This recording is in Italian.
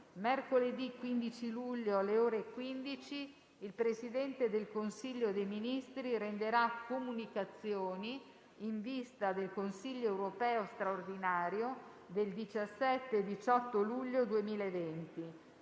Mercoledì 15 luglio, alle ore 15, il Presidente del Consiglio dei ministri renderà comunicazioni in vista del Consiglio europeo straordinario del 17 e 18 luglio 2020.